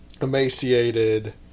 emaciated